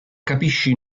capisci